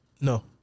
No